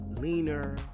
leaner